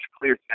clear